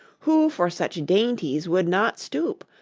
who for such dainties would not stoop?